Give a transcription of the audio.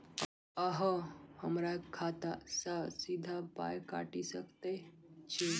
अहॉ हमरा खाता सअ सीधा पाय काटि सकैत छी?